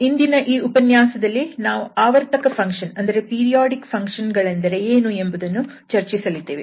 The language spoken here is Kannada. ಇಂದಿನ ಈ ಉಪನ್ಯಾಸದಲ್ಲಿ ನಾವು ಆವರ್ತಕ ಫಂಕ್ಷನ್ ಗಳೆಂದರೆ ಏನು ಎಂಬುದನ್ನು ಚರ್ಚಿಸಲಿದ್ದೇವೆ